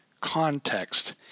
context